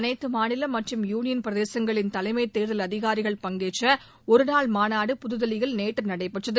அனைத்து மாநில மற்றும் யூனியன் பிரதேசங்களின் தலைமைத் தேர்தல் அதிகாரிகள் பங்கேற்ற ஒருநாள் மாநாடு புதுதில்லியில் நேற்று நடைபெற்றது